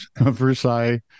versailles